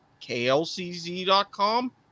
klcz.com